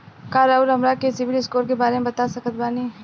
का रउआ हमरा के सिबिल स्कोर के बारे में बता सकत बानी?